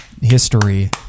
history